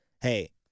hey